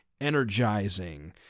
energizing